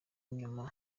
nyuma